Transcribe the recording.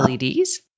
LEDs